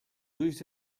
ulls